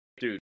dude